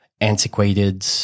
antiquated